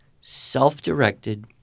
self-directed